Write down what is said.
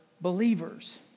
believers